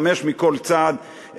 חמש מכל צד,